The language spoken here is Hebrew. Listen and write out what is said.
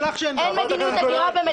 אין מדיניות הגירה ואתה יודע את זה,